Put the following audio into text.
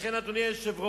לכן, אדוני היושב-ראש,